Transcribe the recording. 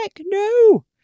no